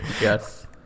yes